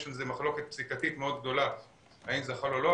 יש על זה מחלקות פסיקתית גדולה מאוד האם זה חל או לא.